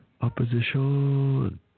opposition